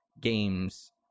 games